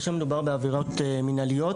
כאשר מדובר בעבירות מינהליות,